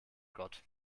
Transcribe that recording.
gott